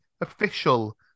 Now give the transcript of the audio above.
official